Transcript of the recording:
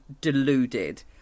deluded